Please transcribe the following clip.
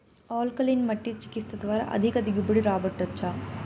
alkaline మట్టి చికిత్స ద్వారా అధిక దిగుబడి రాబట్టొచ్చా